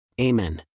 Amen